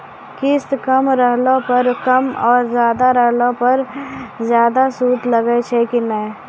किस्त कम रहला पर कम और ज्यादा रहला पर ज्यादा सूद लागै छै कि नैय?